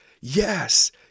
yes